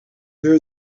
there